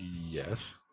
Yes